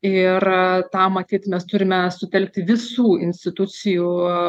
ir tą matyt mes turime sutelkti visų institucijų